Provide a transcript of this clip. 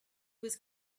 was